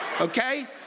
Okay